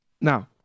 Now